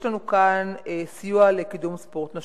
יש גם סיוע לקידום ספורט נשים.